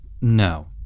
no